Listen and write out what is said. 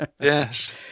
Yes